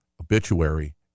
obituary